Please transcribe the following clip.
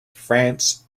france